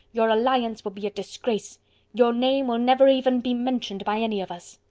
your alliance will be a disgrace your name will never even be mentioned by any of us.